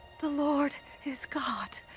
the lord is god!